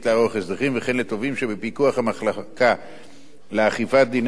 וכן לתובעים שבפיקוח המחלקה לאכיפת דיני מקרקעין